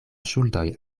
ŝuldoj